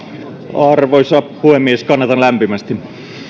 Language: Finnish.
arvoisa puhemies kannatan lämpimästi